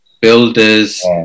builders